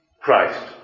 Christ